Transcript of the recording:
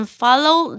follow